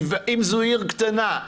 אם זו עיר קטנה,